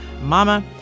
Mama